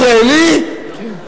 אה, הוא ישראלי, כן.